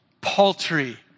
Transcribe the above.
paltry